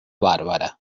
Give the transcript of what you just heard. bárbara